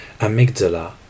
amygdala